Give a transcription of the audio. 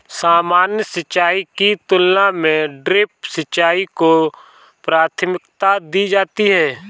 सामान्य सिंचाई की तुलना में ड्रिप सिंचाई को प्राथमिकता दी जाती है